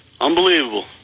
unbelievable